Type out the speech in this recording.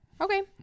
Okay